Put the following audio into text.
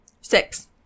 six